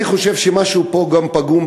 אני חושב שמשהו פה גם פגום,